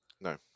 no